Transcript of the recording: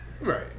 Right